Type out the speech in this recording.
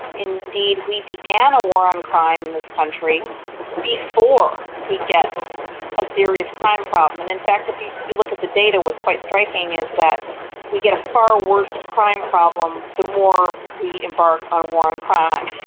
indeed, we began a war on crime in this country before we get a serious crime problem. and in fact if you you look at the data, what's quite striking is that we get a far worse crime problem the more we embark on a war on crime.